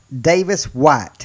Davis-White